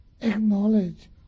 acknowledge